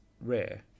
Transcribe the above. rare